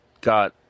got